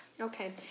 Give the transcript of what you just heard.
Okay